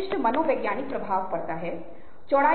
से थोड़ा कम है कि मैं 2 से 3 महीने कहूंगा कि शासन का पतन हो जाएगा